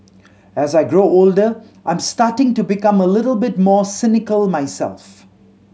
as I grow older I'm starting to become a little bit more cynical myself